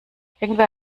irgendwer